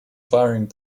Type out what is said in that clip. firing